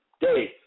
Dave